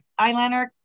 eyeliner